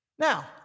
Now